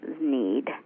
need